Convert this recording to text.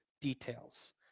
details